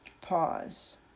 Pause